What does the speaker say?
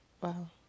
wow